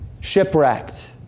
shipwrecked